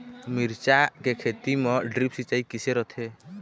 मिरचा के खेती म ड्रिप सिचाई किसे रथे?